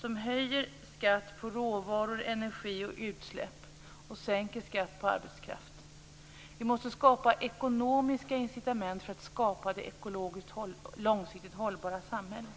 som innebär att man höjer skatten på råvaror, energi och utsläpp och sänker skatten på arbetskraft. Vi måste skapa ekonomiska incitament för att skapa det ekologiskt långsiktigt hållbara samhället.